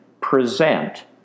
present